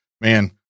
man